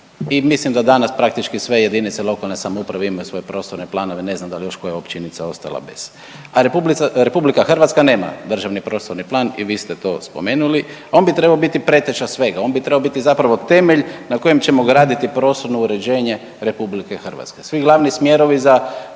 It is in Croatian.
I mislim da danas praktički sve jedinice lokalne samouprave imaju svoje prostorne planove, ne znam dal je još koja općinica ostala bez, a RH nema državni prostorni plan i vi ste to spomenuli, on bi trebao biti preteća svega, on bi trebao biti zapravo temelj na kojem ćemo graditi prostorno uređenje RH. Svi glavni smjerovi za